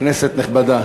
כנסת נכבדה,